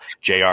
JR